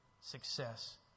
success